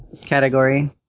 Category